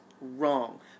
Wrong